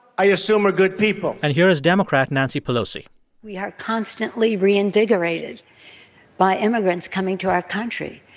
i assume, are good people and here is democrat nancy pelosi we are constantly reinvigorated by immigrants coming to our country.